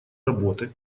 работы